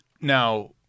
now